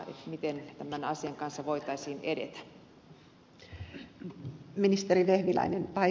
miten tämän asian kanssa voitaisiin edetä